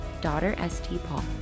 DaughterSTPaul